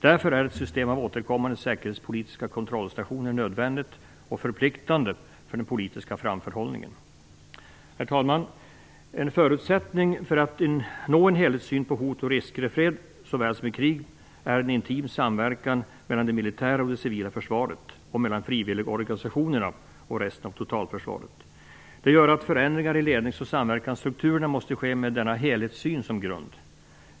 Därför är ett system med återkommande säkerhetspolitiska kontrollstationer nödvändigt och förpliktande för den politiska framförhållningen. Herr talman! En förutsättning för att uppnå en helhetssyn på hot och risker i fred såväl som i krig är en intim samverkan mellan det militära och det civila försvaret och mellan frivilligorganisationerna och resten av totalförsvaret. Det gör att förändringar i lednings och samverkansstrukturerna måste ske med denna helhetssyn som grund.